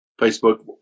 Facebook